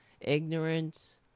Ignorance